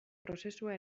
prozesua